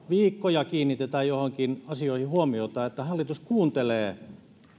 viikkoja kiinnitetään joihinkin asioihin huomiota niin hallitus kuuntelee